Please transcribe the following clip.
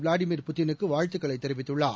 Vladimir புட்டினுக்கு வாழ்த்துக்களை தெரிவித்துள்ளார்